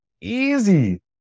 Easy